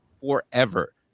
forever